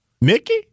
Nikki